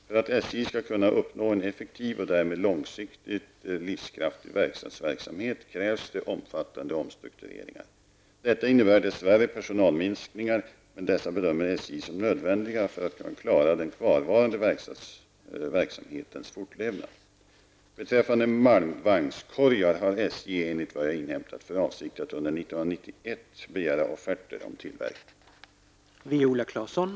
För att SJ skall kunna uppnå en effektiv och därmed långsiktigt livskraftig verkstadsverksamhet krävs det omfattande omstruktureringar. Detta innebär dess värre personalminskningar, men dessa bedömer SJ som nödvändiga för att kunna klara den kvarvarande verkstadsverksamhetens fortlevnad. Beträffande malmvagnskorgar har SJ, enligt vad jag inhämtat, för avsikt att under 1991 begära offerter om tillverkning.